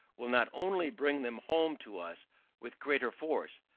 will not only bring them home to us with greater force,